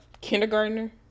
kindergartner